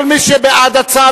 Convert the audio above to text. כל מי שבעד הצו,